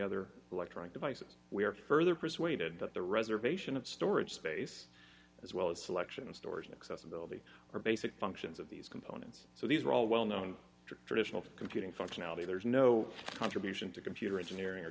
other electronic devices we are further persuaded that the reservation of storage space as well as selection of storage inaccessibility are basic functions of these components so these are all well known traditional computing functionality there is no contribution to computer engineering or